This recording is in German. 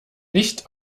nicht